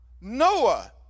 Noah